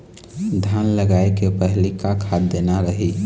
धान लगाय के पहली का खाद देना रही?